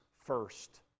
first